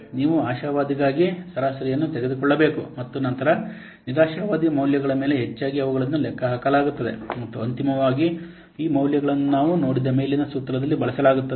ನೀವು ಆಶಾವಾದಿಗಾಗಿ ಸರಾಸರಿಯನ್ನು ತೆಗೆದುಕೊಳ್ಳಬೇಕು ಮತ್ತು ನಂತರ ನಿರಾಶಾವಾದಿ ಮೌಲ್ಯಗಳ ಮೇಲೆ ಹೆಚ್ಚಾಗಿ ಅವುಗಳನ್ನು ಲೆಕ್ಕಹಾಕಲಾಗುತ್ತದೆ ಮತ್ತು ಅಂತಿಮವಾಗಿ ಈ ಮೌಲ್ಯಗಳನ್ನು ನಾವು ನೋಡಿದ ಮೇಲಿನ ಸೂತ್ರದಲ್ಲಿ ಬಳಸಲಾಗುತ್ತದೆ